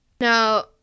now